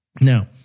Now